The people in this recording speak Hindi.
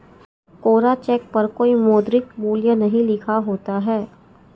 कोरा चेक पर कोई मौद्रिक मूल्य नहीं लिखा होता है